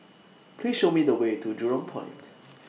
Please Show Me The Way to Jurong Point